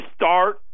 start